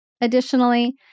Additionally